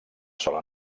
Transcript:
sola